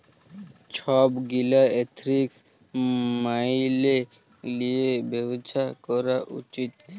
ছব গীলা এথিক্স ম্যাইলে লিঁয়ে ব্যবছা ক্যরা উচিত